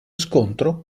scontro